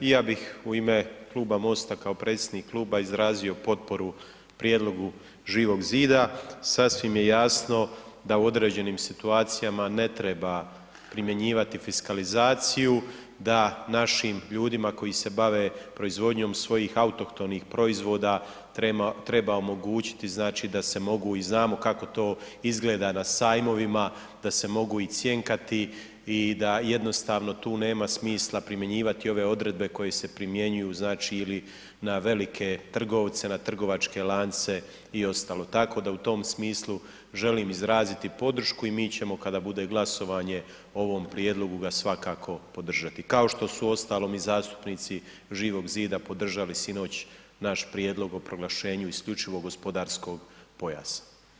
I ja bih u ime Kluba MOST-a kao predsjednik kluba izrazio potporu prijedlogu Živog zida, sasvim je jasno da u određenim situacijama ne treba primjenjivati fiskalizaciju, da našim ljudima koji se bave proizvodnjom svojih autohtonih proizvoda treba omogućiti, znači, da se mogu i znamo kako to izgleda na sajmovima da se mogu i cjenkati i da jednostavno tu nema smisla primjenjivati ove odredbe koje se primjenjuju, znači, ili na velike trgovce, na trgovačke lance i ostalo, tako da u tom smislu želim izraziti podršku i mi ćemo kada bude glasovanje o ovom prijedlogu ga svakako podržati, kao što su uostalom i zastupnici Živog zida podržali sinoć naš prijedlog o proglašenju IGP-a.